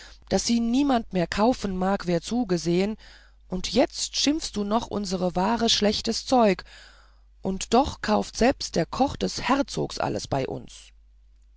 daß sie niemand mehr kaufen mag wer zugesehen und jetzt schimpfst du noch unsere ware schlechtes zeug und doch kauft selbst der koch des herzogs alles bei uns